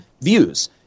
views